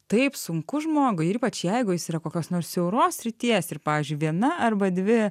taip sunku žmogui ir ypač jeigu jis yra kokios nors siauros srities ir pavyzdžiui viena arba dvi